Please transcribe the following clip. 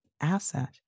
asset